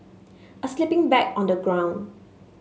a sleeping bag on the ground